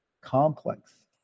complex